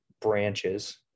branches